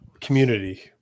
community